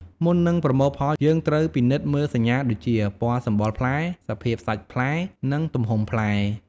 មុននឹងប្រមូលផល យើងត្រូវពិនិត្យមើលសញ្ញាដូចជា ពណ៌សម្បុរផ្លែ សភាពសាច់ផ្លែ និងទំហំផ្លែ។